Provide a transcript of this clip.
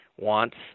wants